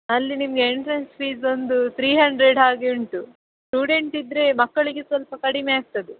ಅಲ್ಲಿ ನಿಮಗೆ entrance fees ಒಂದು ತ್ರಿ ಹಂಡ್ರೆಡ್ ಹಾಗೆ ಉಂಟು ಸ್ಟೂಡೆಂಟ್ ಇದ್ದರೆ ಮಕ್ಕಳಿಗೆ ಸ್ವಲ್ಪ ಕಡಿಮೆ ಆಗ್ತದೆ